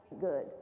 good